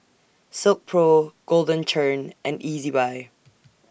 Silkpro Golden Churn and Ezbuy